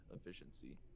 efficiency